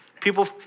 People